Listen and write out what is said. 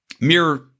Mere